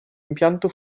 impianto